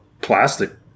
plastic